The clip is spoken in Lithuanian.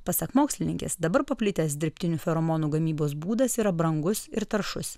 pasak mokslininkės dabar paplitęs dirbtinių feromonų gamybos būdas yra brangus ir taršus